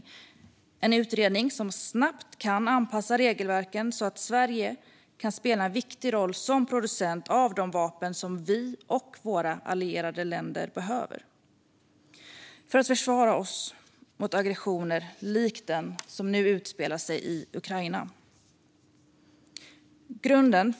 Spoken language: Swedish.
Det behövs en utredning snabbt om hur regelverken kan anpassas så att Sverige kan spela en viktig roll som producent av de vapen som vi och allierade länder behöver för att försvara oss mot aggressioner likt den som nu utspelar sig i Ukraina.